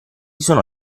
sono